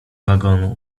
wagonu